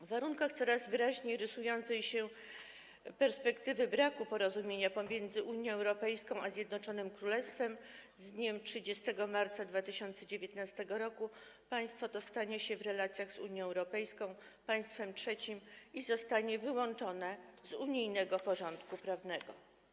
W warunkach coraz wyraźniej rysującej się perspektywy braku porozumienia pomiędzy Unią Europejską a Zjednoczonym Królestwem z dniem 30 marca 2019 r. państwo to stanie się w relacjach z Unią Europejską państwem trzecim i zostanie wyłączone z unijnego porządku prawnego.